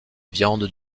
viande